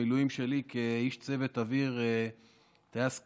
המילואים שלי כאיש צוות אוויר, טייס קרב,